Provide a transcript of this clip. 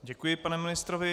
Děkuji panu ministrovi.